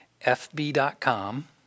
fb.com